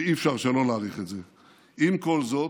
ואי-אפשר שלא להעריך את זה, עם כל זאת,